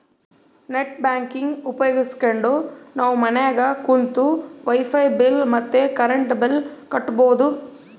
net banking ಉಪಯೋಗಿಸ್ಕೆಂಡು ನಾವು ಮನ್ಯಾಗ ಕುಂತು ವೈಫೈ ಬಿಲ್ ಮತ್ತೆ ಕರೆಂಟ್ ಬಿಲ್ ಕಟ್ಬೋದು